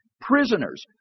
prisoners